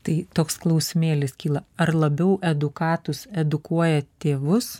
tai toks klausimėlis kyla ar labiau edukatus edukuoja tėvus